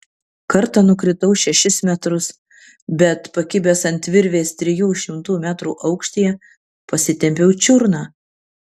kartą nukritau šešis metrus bet pakibęs ant virvės trijų šimtų metrų aukštyje pasitempiau čiurną